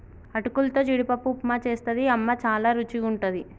అటుకులతో జీడిపప్పు ఉప్మా చేస్తది అమ్మ చాల రుచిగుంటది